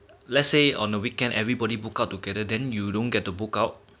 let's say on the weekend everybody book out together then you don't get to book out